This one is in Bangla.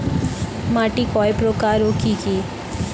মাটি কয় প্রকার ও কি কি?